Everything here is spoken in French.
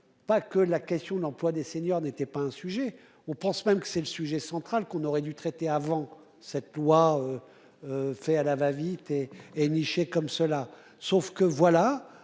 pas que la question de l'emploi des seniors n'était pas un sujet on pense même que c'est le sujet central qu'on aurait dû traiter avant cette loi. Fait à la va-vite et et nichée comme cela. Sauf que voilà.